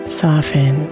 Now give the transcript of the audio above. soften